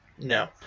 No